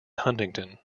huntington